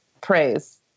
praise